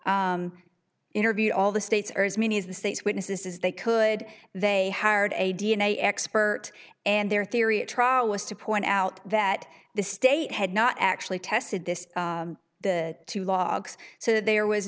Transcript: interviewed all the states or as many of the state's witnesses as they could they hired a d n a expert and their theory at trial was to point out that the state had not actually tested this the two logs so there was